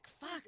fuck